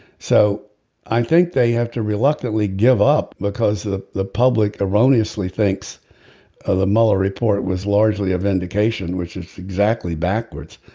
so i think they have to reluctantly give up because the the public erroneously thinks ah the muller report was largely a vindication which is exactly backwards.